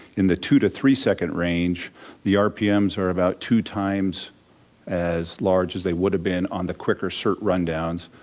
in the two to three second range the rpms are about two times as large as they would've been on the quicker cert run downs,